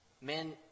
Men